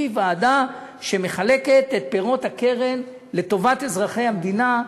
היא ועדה שמחלקת את פירות הקרן לטובת אזרחי המדינה,